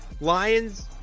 Lions